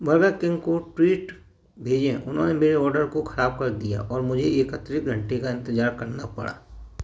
burger King को tweet भेजें उन्होंने मेरे ऑर्डर को खराब कर दिया और मुझे एक अतिरिक्त घंटे का इंतजार करना पड़ा